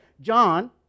John